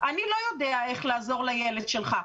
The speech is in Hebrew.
אני לא יודע איך לעזור לילד שלך.